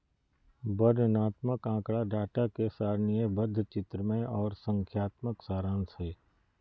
वर्णनात्मक आँकड़ा डाटा के सारणीबद्ध, चित्रमय आर संख्यात्मक सारांश हय